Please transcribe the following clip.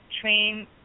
train